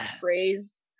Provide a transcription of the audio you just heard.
phrase